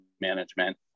management